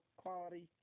quality